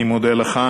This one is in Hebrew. אני מודה לך.